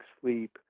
Sleep